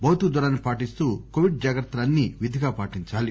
భౌతిక దూరాన్ని పాటిస్తూ కోవిడ్ జాగ్రత్తలన్నీ విధిగా పాటించాలి